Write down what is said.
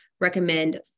recommend